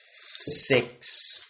six